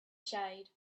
shade